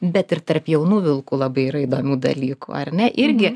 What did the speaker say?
bet ir tarp jaunų vilkų labai yra įdomių dalykų ar ne irgi